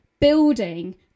building